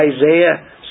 Isaiah